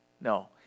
No